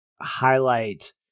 highlight